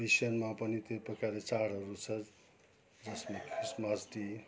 क्रिस्चियनमा पनि त्यही प्रकारले चाडहरू छ जसमा क्रिसमस ट्री